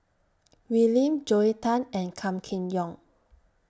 Wee Lin Joel Tan and Gan Kim Yong